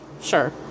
sure